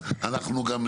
הם קושרים את זה.